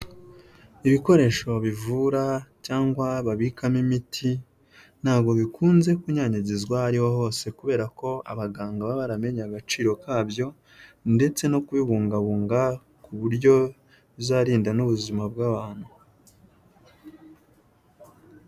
Ibikoresho bivura cyangwa babikamo imiti ntabwo bikunze kunyanyagizwa aho ariho hose, kubera ko abaganga baba baramenye agaciro kabyo ndetse no kubibungabunga ku buryo bizarinda n'ubuzima bw'abantu.